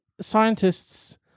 scientists